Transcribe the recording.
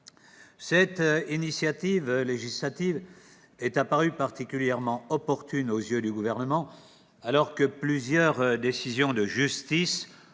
Cette initiative législative est apparue particulièrement opportune aux yeux du Gouvernement, alors que plusieurs décisions de justice ont